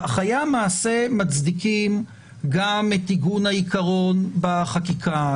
חיי המעשה מצדיקים גם את עיגון העיקרון בחקיקה,